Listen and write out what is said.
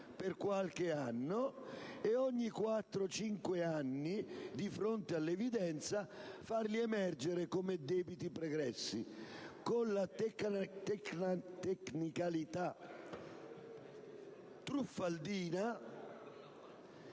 per qualche anno, e ogni quattro, cinque anni, di fronte all'evidenza, farli emergere come debiti pregressi, con la tecnicalità truffaldina